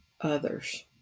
others